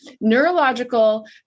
neurological